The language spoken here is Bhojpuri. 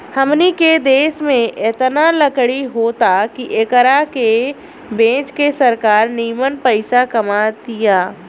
हमनी के देश में एतना लकड़ी होता की एकरा के बेच के सरकार निमन पइसा कमा तिया